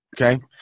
okay